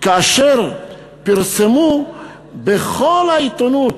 כאשר פרסמו בכל העיתונות